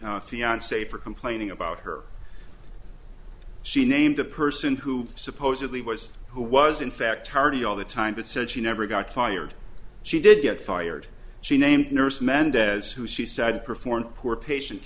the fiance for complaining about her she named a person who supposedly was who was in fact tardy all the time but said she never got fired she did get fired she named nurse mendez who she said performed poor patient